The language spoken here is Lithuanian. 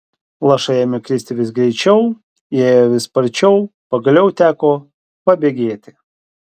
lašai ėmė kristi vis greičiau jie ėjo vis sparčiau pagaliau teko pabėgėti